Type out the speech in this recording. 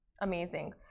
amazing